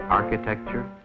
architecture